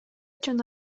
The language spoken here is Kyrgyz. жана